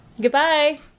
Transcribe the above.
Goodbye